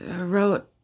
wrote